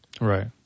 Right